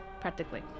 practically